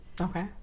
Okay